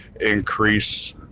increase